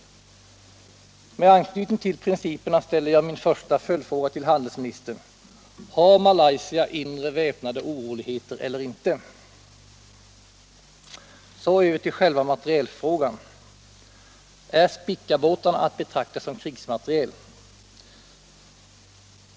Med anknytning till principerna ställer jag min första följdfråga till handelsministern: Har Malaysia inre väpnade oroligheter eller inte? Så över till själva materielfrågan. Är Spicabåtarna att betrakta som krigsmateriel?